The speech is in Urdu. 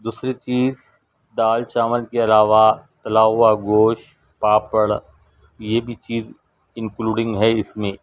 دوسری چیز دال چاول کے علاوہ تلا ہوا گوشت پاپڑ یہ بھی چیز انکلوڈنگ ہے اس میں